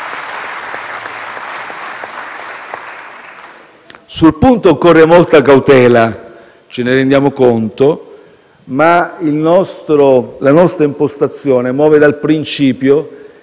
Sul punto occorre molta cautela - ce ne rendiamo conto - ma la nostra impostazione muove dal principio